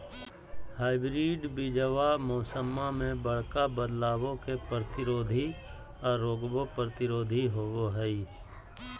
hybrid बीजावा मौसम्मा मे बडका बदलाबो के प्रतिरोधी आ रोगबो प्रतिरोधी होबो हई